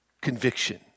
conviction